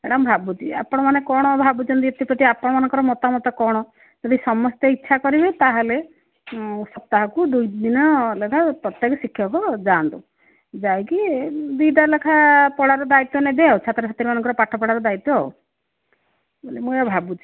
ଏଇଟା ମୁଁ ଭାବୁଛି ଆପଣମାନେ କ'ଣ ଭାବୁଛନ୍ତି ଏଥିପ୍ରତି ଆପଣ ମାନଙ୍କର ମତାମତ କ'ଣ ଯଦି ସମସ୍ତେ ଇଚ୍ଛା କରିବେ ତାହେଲେ ସପ୍ତାହକୁ ଦୁଇ ଦିନ ଲେଖା ପ୍ରତ୍ୟେକ ଶିକ୍ଷକ ଯାଅନ୍ତେ ଯାଇକି ଦୁଇଟା ଲେଖା ପଡ଼ାର ଦାୟିତ୍ଵ ନେବେ ଆଉ ଛାତ୍ରଛାତ୍ରୀମାନଙ୍କର ପାଠପଢ଼ାର ଦାୟିତ୍ଵ ବୋଲି ମୁଁ ଏଇଆ ଭାବୁଛି